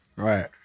Right